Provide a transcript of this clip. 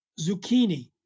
zucchini